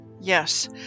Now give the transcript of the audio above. Yes